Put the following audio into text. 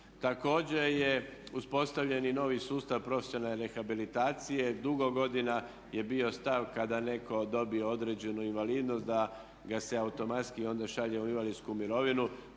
Također je uspostavljen i novi sustav profesionalne rehabilitacije. Dugo godina je bio stav kada netko dobi određenu invalidnost da ga se automatski onda šalje u invalidsku mirovinu.